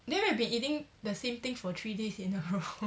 then we'll be eating the same thing for three days in a row